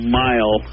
mile